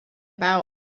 about